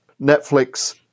Netflix